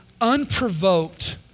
unprovoked